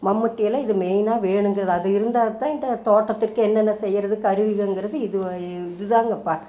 மண்பட்டியெல்லாம் இது மெயினாக வேணும் அது இருந்தால்தான் இந்த தோட்டத்துக்கே என்னென்ன செய்கிறது கருவிகங்கிறது இதுவா இதுதாங்கப்பா